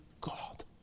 God